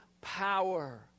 power